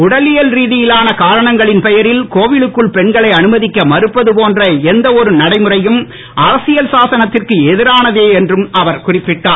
உடலியல் ரீதியிலான காரணங்களின் பெயரில் கோவிலுக்குள் பெண்களை அனுமதிக்க மறுப்பது போன்ற எந்த ஒரு நடைமுறையும் அரசியல்சாசனத்திற்கு எதிரானதே என்றும் அவர் குறிப்பிட்டார்